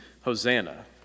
Hosanna